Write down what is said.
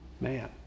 man